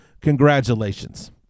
congratulations